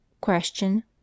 Question